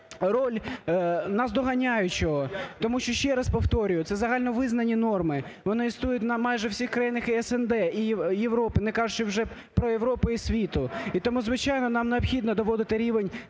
роль наздоганяючого. Тому що ще раз повторюю, це загально визнані норми, вони і снують на майже всіх країнах і СНД, і Європи, не кажучи вже про Європи і світу. І тому, звичайно, нам необхідно доводити рівень